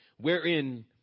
wherein